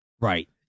Right